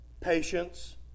patience